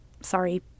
Sorry